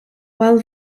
while